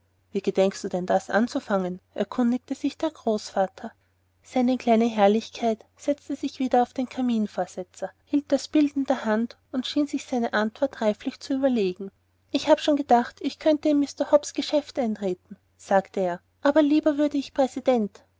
wie gedenkst du denn das anzufangen erkundigte sich der großvater seine kleine herrlichkeit setzte sich wieder auf den kaminvorsetzer hielt das bild in der hand und schien sich seine antwort reiflich zu überlegen ich habe schon gedacht ich könnte in mr hobbs geschäft eintreten sagte er aber lieber würde ich präsident